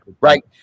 Right